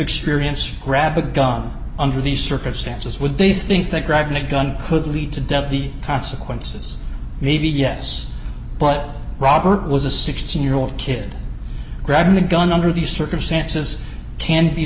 experience grab a gun under these circumstances would they think that dragnet gun could lead to death the consequences maybe yes but robert was a sixteen year old kid grabbing a gun under the circumstances can be